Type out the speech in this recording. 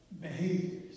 behaviors